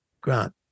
Grant